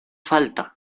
falta